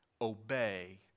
obey